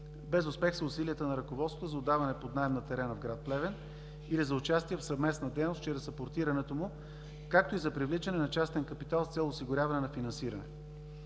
Без успех са усилията на ръководството за отдаване под наем на терена в град Плевен или за участие в съвместна дейност чрез апортирането му, както и за привличането на частен капитал с цел осигуряване на финансиране.